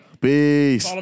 Peace